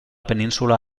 península